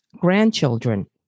grandchildren